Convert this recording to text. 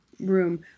room